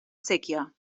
séquia